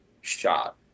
shot